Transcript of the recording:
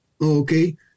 okay